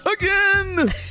again